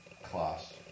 class